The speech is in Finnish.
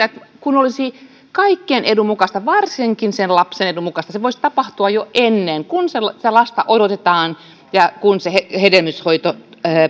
että olisi kaikkien edun mukaista varsinkin sen lapsen edun mukaista että se voisi tapahtua jo aiemmin kun sitä lasta odotetaan ja kun se hedelmöityshoito